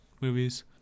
movies